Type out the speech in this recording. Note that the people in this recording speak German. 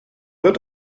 wird